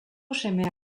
semea